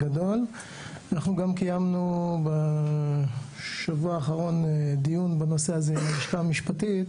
אנחנו גם קיימנו בשבוע האחרון דיון בנושא הזה עם הלשכה המשפטית,